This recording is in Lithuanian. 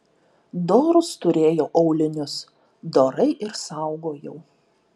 dorus turėjau aulinius dorai ir saugojau